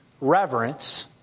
reverence